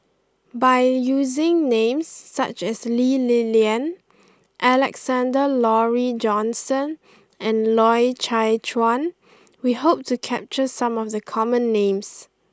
by using names such as Lee Li Lian Alexander Laurie Johnston and Loy Chye Chuan we hope to capture some of the common names